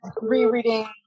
rereading